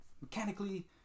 mechanically